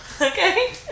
Okay